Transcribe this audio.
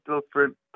different